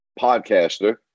podcaster